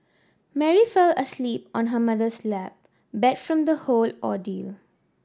Mary fell asleep on her mother's lap beat from the whole ordeal